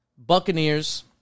Buccaneers